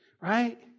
right